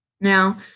Now